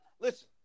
listen